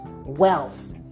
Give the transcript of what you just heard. Wealth